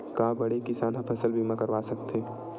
का बड़े किसान ह फसल बीमा करवा सकथे?